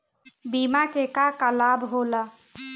बिमा के का का लाभ होला?